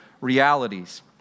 realities